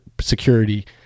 security